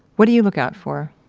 what do you look out for?